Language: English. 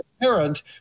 apparent